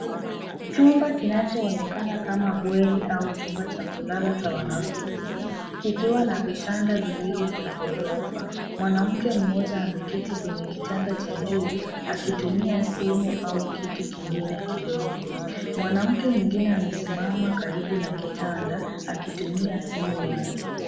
Chumba kinachoonekana kama bweni au chumba cha kulala cha wanafunzi, kikiwa na vitanda viwili vya gorofa. Mwanamke mmoja ameketi kwenye kitanda cha juu akitumia simu au kitu kingine kidogo. Mwanamke mwingine amesimama karibu na kitanda, akitumia simu yake.